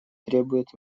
требует